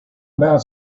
about